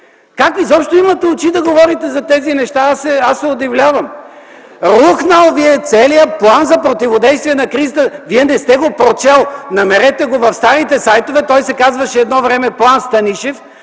Как изобщо имате очи да говорите за тези неща, аз се удивлявам! Рухнал е целият ви план за противодействие на кризата. Вие не сте го прочел. Намерете го в старите сайтове. Едно време той се казваше „План Станишев”,